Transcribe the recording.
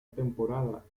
temporada